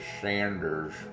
Sanders